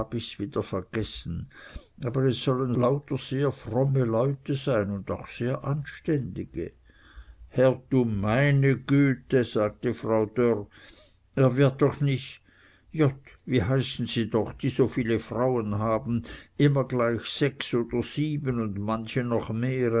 wieder vergessen aber es sollen lauter sehr fromme leute sein und auch sehr anständige herr du meine güte sagte frau dörr er wird doch nich jott wie heißen sie doch die so viele frauen haben immer gleich sechs oder sieben und manche noch mehre